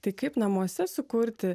tai kaip namuose sukurti